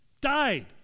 Died